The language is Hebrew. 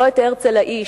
לא את הרצל האיש,